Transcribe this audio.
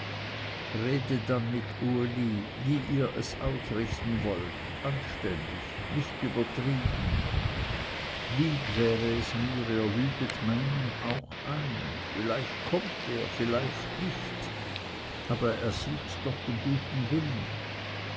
rede dann mit uli wie ihr es ausrichten wollt anständig nicht übertrieben lieb wäre es mir ihr lüdet meinen auch ein viel leicht kommt er vielleicht nicht aber er sieht doch den guten willen